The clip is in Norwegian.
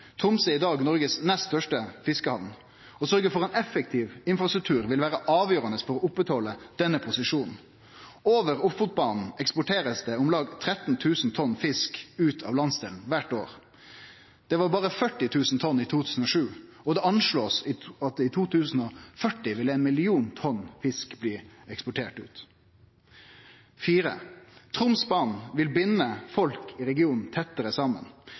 er i dag Noregs nest største fiskehamn. Å sørgje for ein effektiv infrastruktur vil vere avgjerande for å halde oppe denne posisjonen. Over Ofotbanen blir det eksportert om lag 13 000 tonn fisk ut av landsdelen kvart år. Det var berre 40 000 tonn i 2007, og det blir anslått at i 2040 vil ein million tonn fisk bli eksportert ut. For det fjerde: Tromsbanen vil binde folk i regionen tettare saman.